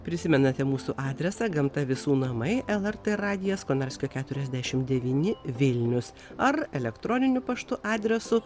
prisimenate mūsų adresą gamta visų namai lrt radijas konarskio keturiasešim devyni vilnius ar elektroniniu paštu adresu